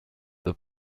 the